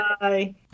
Bye